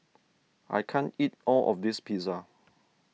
I can't eat all of this Pizza